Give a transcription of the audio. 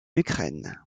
ukraine